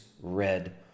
red